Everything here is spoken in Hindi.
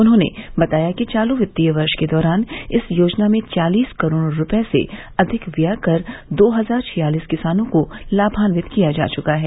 उन्होंने बताया कि चालू वित्तीय वर्ष के दौरान इस योजना में चालीस करोड़ रूपये से अधिक व्यय कर दो हजार छियालीस किसानों को लामान्वित किया जा चुका है